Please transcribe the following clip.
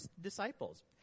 disciples